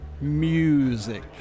Music